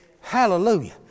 Hallelujah